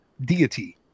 deity